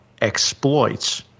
exploits